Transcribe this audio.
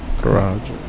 garage